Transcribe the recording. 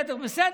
בסדר,